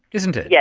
isn't it. yes,